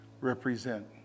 represent